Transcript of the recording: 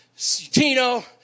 Tino